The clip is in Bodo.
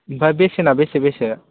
ओमफ्राय बेसेना बेसे बेसे